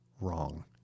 wrong